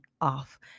off